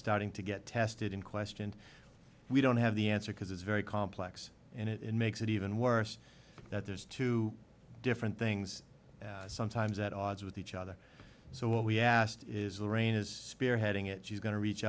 starting to get tested and questioned we don't have the answer because it's very complex and it makes it even worse that there's two different things sometimes at odds with each other so what we asked is lorraine is spearheading it she's going to reach